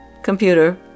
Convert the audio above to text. Computer